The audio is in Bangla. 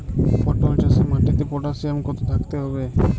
পটল চাষে মাটিতে পটাশিয়াম কত থাকতে হবে?